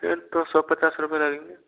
फिर तो सौ पचास रुपये लगेंगे